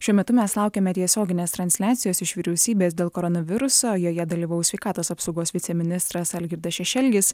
šiuo metu mes laukiame tiesioginės transliacijos iš vyriausybės dėl koronaviruso joje dalyvaus sveikatos apsaugos viceministras algirdas šešelgis